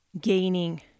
gaining